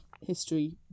history